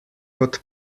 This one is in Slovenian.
kot